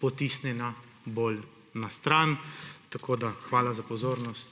potisnjena bolj na stran. Hvala za pozornost.